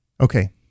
Okay